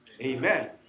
Amen